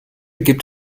gibt